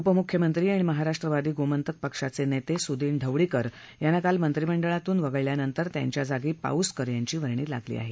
उपमुख्यमंत्री आणि महाराष्ट्रवादी गोमांतक पक्षाचे नेते सुदीन ढवळीकर यांना काल मंत्रीमडळातून वगळल्यानंतर त्यांच्या जागी पाउसकर यांची वर्णी लागली आहे